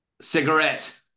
Cigarette